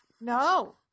No